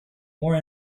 more